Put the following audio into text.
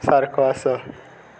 सारको आसा